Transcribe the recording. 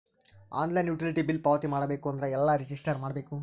Online utility bill ಪಾವತಿ ಮಾಡಬೇಕು ಅಂದ್ರ ಎಲ್ಲ ರಜಿಸ್ಟರ್ ಮಾಡ್ಬೇಕು?